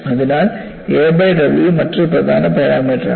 അതിനാൽ a by W മറ്റൊരു പ്രധാന പാരാമീറ്ററാണ്